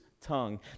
tongue